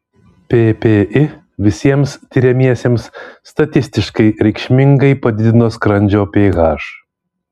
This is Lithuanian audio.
ppi visiems tiriamiesiems statistiškai reikšmingai padidino skrandžio ph